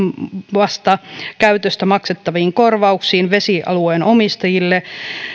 käytöstä maksettaviin korvauksiin vesialueen omistajille